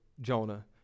Jonah